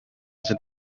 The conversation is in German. sind